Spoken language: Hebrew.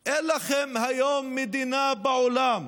בשביל כמה מנדטים פוגעים בעדה שלמה,